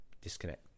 disconnect